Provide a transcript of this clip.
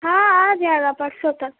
ہاں آ جائے گا پرسوں تک